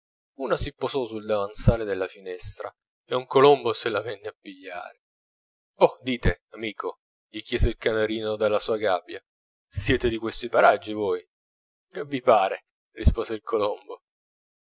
una si posò sul davanzale della finestra e un colombo se la venne a pigliare oh dite amico gli chiese il canarino dalla sua gabbia siete di questi paraggi voi vi pare rispose il colombo gli